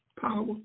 power